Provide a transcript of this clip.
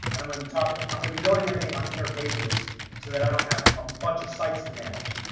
i'm going to be talking, i'm going to be building everything on inner pages so that i don't have a bunch of sites to manage.